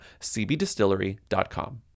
cbdistillery.com